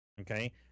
okay